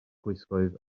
gwisgoedd